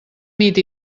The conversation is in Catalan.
nit